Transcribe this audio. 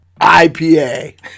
IPA